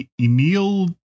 Emil